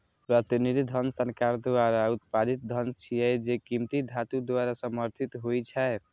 प्रतिनिधि धन सरकार द्वारा उत्पादित धन छियै, जे कीमती धातु द्वारा समर्थित होइ छै